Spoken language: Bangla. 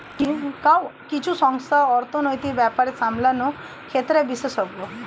কিছু সংস্থা অর্থনীতির ব্যাপার সামলানোর ক্ষেত্রে বিশেষজ্ঞ